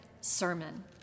sermon